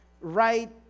right